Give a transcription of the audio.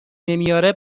نمیاره